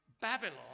Babylon